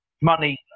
money